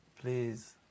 Please